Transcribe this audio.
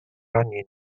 ogni